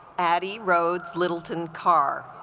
addy roads littleton car